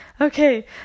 okay